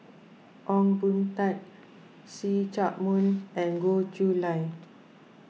Ong Boon Tat See Chak Mun and Goh Chiew Lye